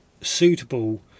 suitable